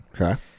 Okay